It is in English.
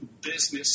business